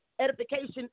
edification